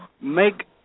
make